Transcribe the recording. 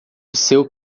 seu